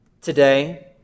today